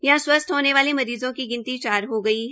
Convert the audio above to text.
यहां स्वस्थ होने वाले मरीज़ों की गिनती चार हो गई है